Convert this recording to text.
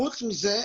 חוץ מזה,